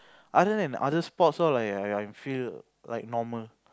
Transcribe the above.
other than other spots lor like I I I I feel like normal